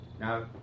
Now